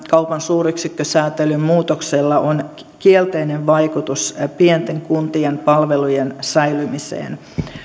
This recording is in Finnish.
tällä kaupan suuryksikkösäätelyn muutoksella on kielteinen vaikutus pienten kuntien palvelujen säilymiseen